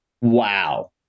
Wow